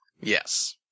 Yes